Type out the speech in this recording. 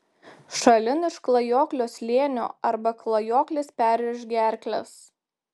šalin iš klajoklio slėnio arba klajoklis perrėš gerkles